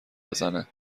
بزنه